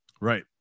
right